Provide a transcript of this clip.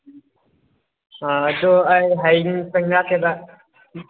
ꯑꯥ ꯑꯗꯨ ꯑꯩ ꯍꯌꯦꯡ ꯆꯪꯉꯛꯀꯦꯕ